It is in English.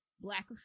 Black